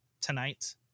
tonight